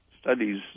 studies